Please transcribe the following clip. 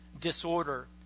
disorder